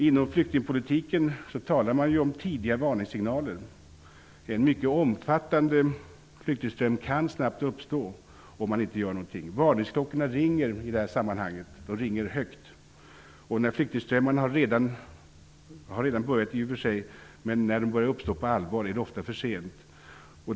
Inom flyktingpolitiken talar man om tidiga varningssignaler. En mycket omfattande flyktingström kan snabbt uppstå om man inte gör något. Varningsklockorna ringer i det här sammanhanget. De ringer högt. Flyktingströmmarna har i och för sig redan börjat, men när de börjar uppstå på allvar är det ofta för sent.